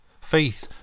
Faith